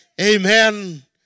Amen